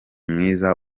mwiza